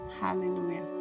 Hallelujah